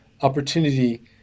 opportunity